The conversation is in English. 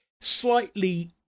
slightly